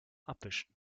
abwischen